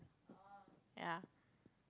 ya